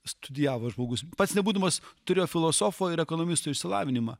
studijavo žmogus pats nebūdamas turėjo filosofo ir ekonomisto išsilavinimą